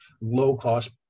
low-cost